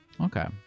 Okay